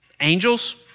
Angels